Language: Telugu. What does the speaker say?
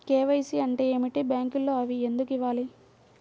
కే.వై.సి అంటే ఏమిటి? బ్యాంకులో అవి ఎందుకు ఇవ్వాలి?